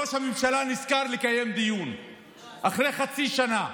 וראש הממשלה נזכר לקיים דיון אחרי חצי שנה.